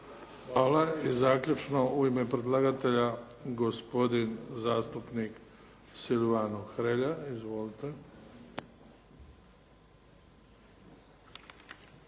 Hvala. I zaključno u ime predlagatelja gospodin zastupnik Silvano Hrelja. Izvolite.